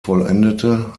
vollendete